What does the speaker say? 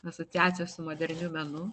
asociacijos su moderniu menu